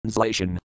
Translation